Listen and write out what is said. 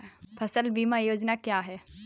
फसल बीमा योजना क्या है?